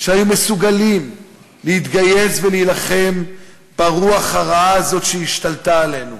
שמסוגלים להתגייס ולהילחם ברוח הרעה הזאת שהשתלטה עלינו,